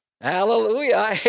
Hallelujah